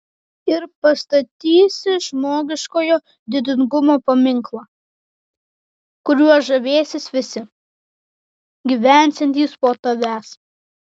ir pastatysi žmogiškojo didingumo paminklą kuriuo žavėsis visi gyvensiantys po tavęs